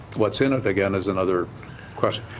what's in it again is another question.